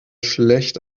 schlecht